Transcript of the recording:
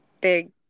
big